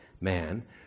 man